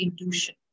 intuition